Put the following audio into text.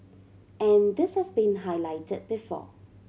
and this has been highlighted before